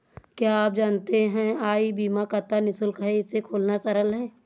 क्या आप जानते है ई बीमा खाता निशुल्क है, इसे खोलना सरल है?